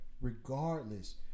Regardless